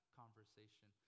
conversation